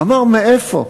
אמר: מאיפה,